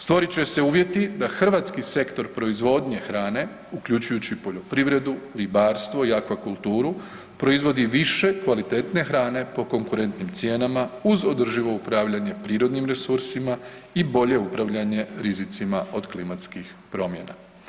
Stvorit će se uvjeti da hrvatski sektor proizvodnje hrane, uključujući i poljoprivredu, ribarstvo i akvakulturu proizvodi više kvalitetne hrane po konkurentnim cijenama uz održivo upravljanje prirodnim resursima i bolje upravljanje rizicima od klimatskih promjena.